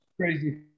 crazy